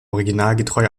originalgetreu